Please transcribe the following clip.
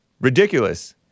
Ridiculous